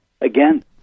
again